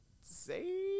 say